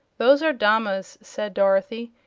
those are damas, said dorothy,